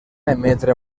emetre